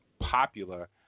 popular